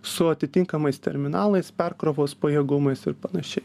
su atitinkamais terminalais perkrovos pajėgumais ir panašiai